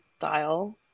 style